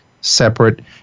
separate